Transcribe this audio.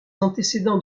antécédents